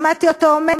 שמעתי אותו אומר